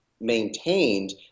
maintained